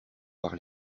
par